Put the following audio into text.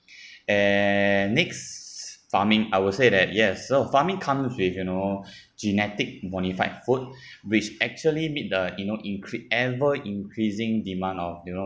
and next farming I will say that yes so farming comes with you know genetic modified food which actually meet the you know incre~ ever-increasing demand of you know